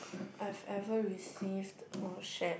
I've ever received or shed